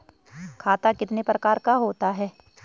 खाता कितने प्रकार का होता है?